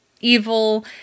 evil